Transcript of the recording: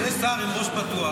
כשיש שר עם ראש פתוח,